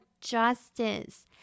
justice